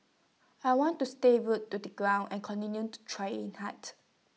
I want to stay rooted to the ground and continue to train hard